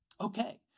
Okay